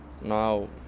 Now